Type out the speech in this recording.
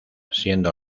siendo